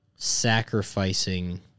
sacrificing